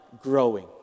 growing